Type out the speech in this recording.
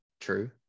True